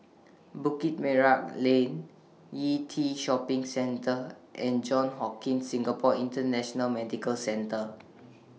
Bukit Merah Lane Yew Tee Shopping Centre and Johns Hopkins Singapore International Medical Centre